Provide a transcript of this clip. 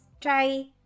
try